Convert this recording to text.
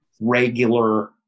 regular